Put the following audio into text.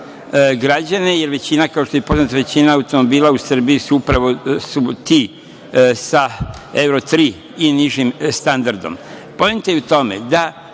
građane, jer većina, kao što je poznato, automobila u Srbiji su ti sa „euro 3“ i nižim standardom. Poenta je u tome da